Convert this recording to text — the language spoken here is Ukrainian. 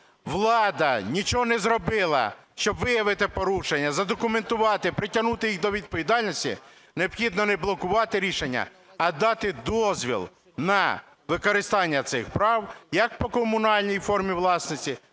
влада нічого не зробила, щоб виявити порушення, задокументувати, притягнути їх до відповідальності, необхідно не блокувати рішення, а дати дозвіл на використання цих прав як по комунальній формі власності,